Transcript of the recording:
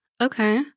Okay